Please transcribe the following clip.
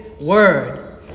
word